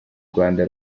rwanda